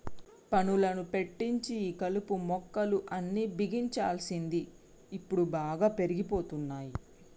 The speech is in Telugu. పనులను పెట్టించి ఈ కలుపు మొక్కలు అన్ని బిగించాల్సింది ఇప్పుడు బాగా పెరిగిపోతున్నాయి